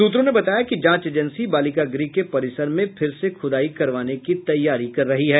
सूत्रों ने बताया कि जांच एजेन्सी बालिका गृह के परिसर में फिर से खुदाई करवाने की तैयारी कर रही है